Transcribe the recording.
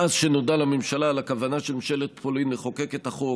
מאז נודע לממשלה על הכוונה של ממשלת פולין לחוקק את החוק